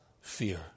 fear